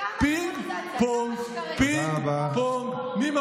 כמה, כמה שקרים?